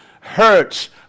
hurts